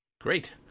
Great